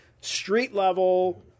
street-level